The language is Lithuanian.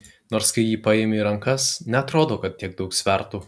nors kai jį paimi į rankas neatrodo kad tiek daug svertų